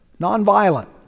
nonviolent